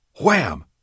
Wham